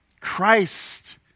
Christ